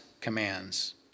commands